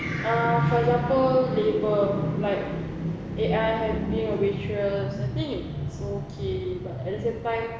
uh for example labour like A_I being a waitress I think it's okay but at the same time